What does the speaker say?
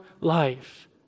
life